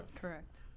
Correct